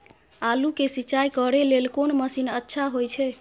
आलू के सिंचाई करे लेल कोन मसीन अच्छा होय छै?